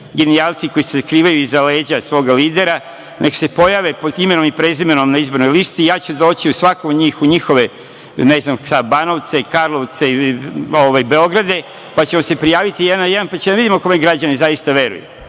genijalci koji se sakrivaju iza leđa svoga lidera, neka se pojave pod imenom i prezimenom na izbornoj listi i ja ću doći u njihove Banovce, Karlovce ili Beograde, pa ćemo se prijaviti jedan na jedan, pa ćemo da vidimo kome građani zaista veruju. Ali,